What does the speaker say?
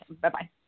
Bye-bye